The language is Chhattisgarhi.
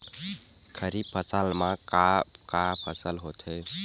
खरीफ फसल मा का का फसल होथे?